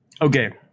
Okay